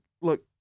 look